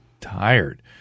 tired